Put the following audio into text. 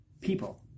People